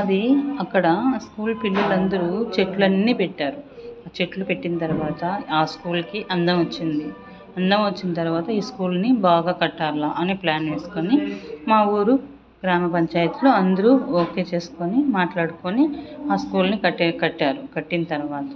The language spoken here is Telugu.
అది అక్కడ స్కూల్ పిల్లలు అందరూ చెట్లు అన్నీ పెట్టారు ఆ చెట్లు పెట్టిన తర్వాత ఆ స్కూల్కి అందం వచ్చింది అందం వచ్చిన తర్వాత ఈ స్కూల్ని బాగా కట్టాలా అని ప్లాన్ చేసుకొని మా ఊరు గ్రామ పంచాయతీలో అందరూ ఓకే చేసుకొని మాట్లాడుకొని ఆ స్కూల్ని కట్టే కట్టారు కట్టిన తర్వాత